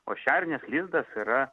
o šernės lizdas yra